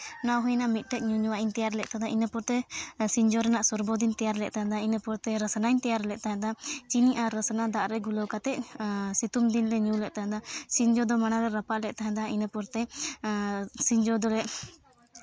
ᱱᱚᱣᱟ ᱦᱩᱭᱱᱟ ᱢᱤᱫᱴᱮᱡ ᱧᱩᱧᱩᱣᱟᱜ ᱤᱧ ᱛᱮᱭᱟᱨ ᱞᱮᱫᱼᱟ ᱤᱱᱟᱹ ᱯᱚᱨᱮᱛᱮ ᱥᱤᱸᱡᱳ ᱨᱮᱭᱟᱜ ᱥᱚᱨᱵᱚᱛ ᱤᱧ ᱛᱮᱭᱟᱨ ᱞᱮᱫ ᱛᱟᱦᱮᱱᱟ ᱤᱱᱟᱹ ᱯᱚᱨᱮᱛᱮ ᱨᱳᱥᱱᱟᱧ ᱛᱮᱭᱟᱨ ᱞᱮᱫ ᱛᱟᱦᱮᱸᱫᱼᱟ ᱪᱤᱱᱤ ᱟᱨ ᱨᱳᱥᱱᱟ ᱫᱟᱜ ᱨᱮ ᱜᱩᱞᱟᱹᱣ ᱠᱟᱛᱮᱫ ᱥᱤᱛᱩᱝ ᱫᱤᱱᱞᱮ ᱧᱩ ᱞᱮᱫ ᱛᱟᱦᱮᱱᱟ ᱥᱤᱸᱡᱚ ᱞᱮ ᱨᱟᱯᱟᱜ ᱞᱮᱫ ᱛᱟᱦᱮᱱᱟ ᱤᱱᱟᱹ ᱯᱚᱨᱛᱮ ᱥᱤᱸᱡᱚ ᱫᱚᱞᱮ